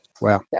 Wow